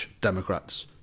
democrats